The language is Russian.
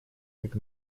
как